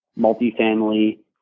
multifamily